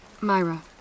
Myra